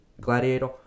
Gladiator